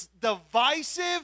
divisive